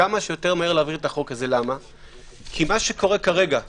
להעביר כמה שיותר מהר את החוק הזה.